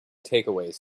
takeaways